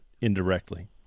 indirectly